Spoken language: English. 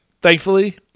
Thankfully